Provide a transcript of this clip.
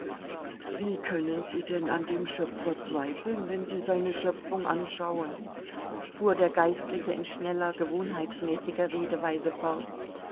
wie können sie denn an dem schöpfer zweifeln wenn sie seine schöpfung anschauen fuhr der geistliche in schneller gewohnheitsmäßiger redeweise fort